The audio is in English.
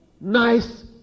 nice